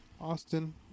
Austin